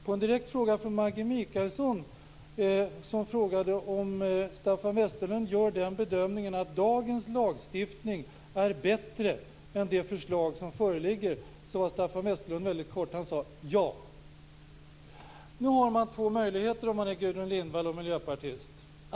På en direkt fråga från Maggi Mikaelsson, som frågade om Staffan Westerlund gjorde bedömningen att dagens lagstiftning är bättre än det förslag som föreligger, svarade Staffan Westerlund väldigt kort. Han sade: "Ja." Nu har man två möjligheter om man är Gudrun Lindvall och miljöpartist.